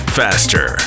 faster